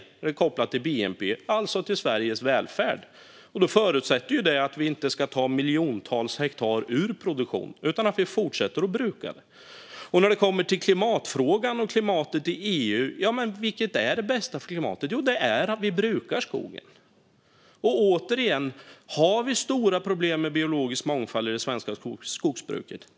Det är kopplat till bnp och alltså till Sveriges välfärd, och det förutsätter att vi inte tar miljontals hektar ur produktion utan fortsätter att bruka skogen. Vilket är då det bästa för klimatet? Jo, det är att vi brukar skogen. Och återigen: Har vi stora problem med den biologiska mångfalden i det svenska skogsbruket?